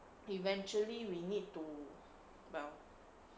eventually we need to well